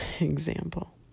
example